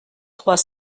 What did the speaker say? trois